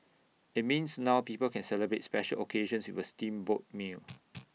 IT means now people can celebrate special occasions with A steamboat meal